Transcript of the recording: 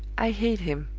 i hate him.